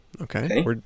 Okay